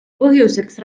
põhjuseks